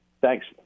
Thanks